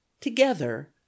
Together